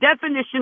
definition